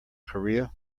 korea